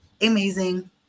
amazing